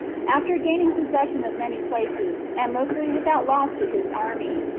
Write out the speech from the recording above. after gaining possession of many places, and mostly without loss to his army,